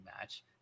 match